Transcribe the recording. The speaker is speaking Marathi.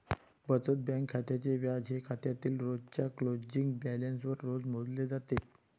बचत बँक खात्याचे व्याज हे खात्यातील रोजच्या क्लोजिंग बॅलन्सवर रोज मोजले जाते